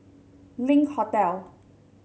Link Hotel